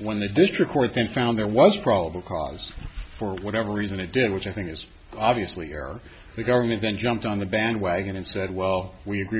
when the district court then found there was probable cause for whatever reason it did which i think is obviously here the government then jumped on the bandwagon and said well we agree